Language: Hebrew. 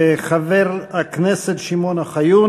חבר הכנסת שמעון אוחיון,